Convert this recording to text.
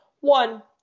one